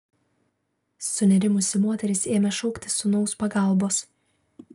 sunerimusi moteris ėmė šauktis sūnaus pagalbos